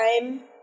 time